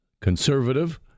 Conservative